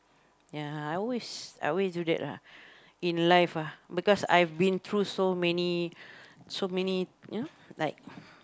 ya I always I always do that lah in life ah because I've been through so many so many you know like